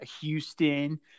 Houston